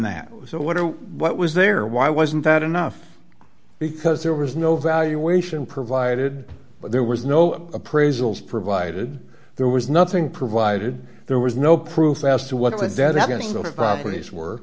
that so what what was there why wasn't that enough because there was no valuation provided but there was no appraisals provided there was nothing provided there was no proof as to what